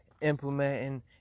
Implementing